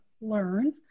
learn